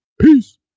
peace